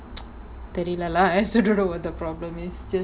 தெரில:therila lah I also don't know where the problem is just